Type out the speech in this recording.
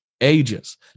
ages